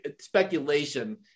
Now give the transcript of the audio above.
speculation